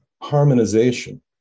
harmonization